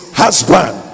husband